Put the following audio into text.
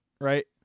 right